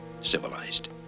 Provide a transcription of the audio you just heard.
civilized